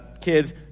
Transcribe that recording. kids